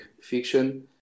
fiction